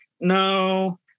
no